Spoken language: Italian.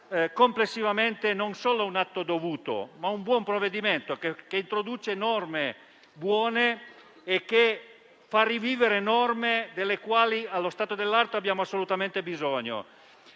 complessivamente non solo un atto dovuto, ma un buon provvedimento, che introduce norme buone e che ne fa rivivere alcune di cui, allo stato dell'arte, abbiamo assolutamente bisogno.